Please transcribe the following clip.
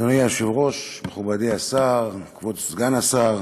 אדוני היושב-ראש, מכובדי השר, כבוד סגן השר,